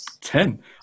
Ten